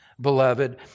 beloved